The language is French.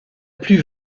plus